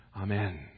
Amen